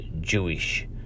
Jewish